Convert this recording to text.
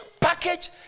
package